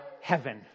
heaven